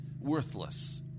worthless